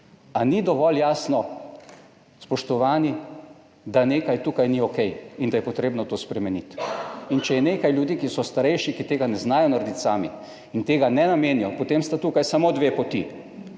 A ni dovolj jasno, spoštovani, da nekaj tukaj ni okej in da je potrebno to spremeniti. In če je nekaj ljudi, ki so starejši, ki tega ne znajo narediti sami in tega ne namenijo, potem sta tukaj samo dve poti,